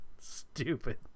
Stupid